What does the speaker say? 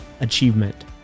achievement